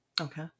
Okay